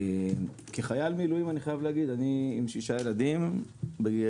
אני חייב להגיד שכחייל מילואים - יש לי שישה ילדים - כאשר